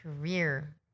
Career